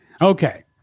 Okay